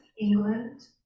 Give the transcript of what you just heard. England